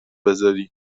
بذاری